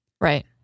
Right